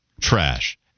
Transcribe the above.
trash